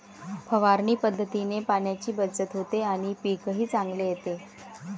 फवारणी पद्धतीने पाण्याची बचत होते आणि पीकही चांगले येते